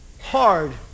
hard